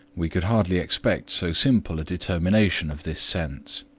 we could hardly expect so simple a determination of this sense.